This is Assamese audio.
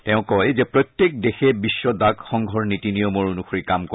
তেওঁ কয় যে প্ৰত্যেক দেশে বিশ্ব ডাক সংঘৰ নীতি নিয়মৰ অনুসৰি কাম কৰে